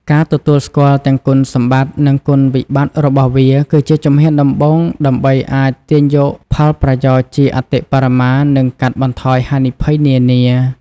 ការទទួលស្គាល់ទាំងគុណសម្បត្តិ និងគុណវិបត្តិរបស់វា គឺជាជំហានដំបូងដើម្បីអាចទាញយកផលប្រយោជន៍ជាអតិបរមា និងកាត់បន្ថយហានិភ័យនានា។